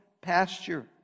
pasture